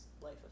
life